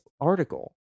article